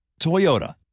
Toyota